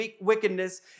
wickedness